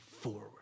forward